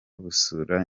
basura